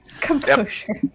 Composure